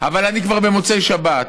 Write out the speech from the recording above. אבל כבר במוצאי שבת,